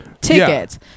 tickets